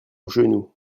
genou